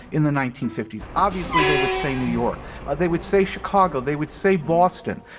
in the nineteen fifty s, obviously they would say new york or they would say chicago. they would say boston.